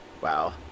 Wow